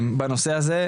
השכל.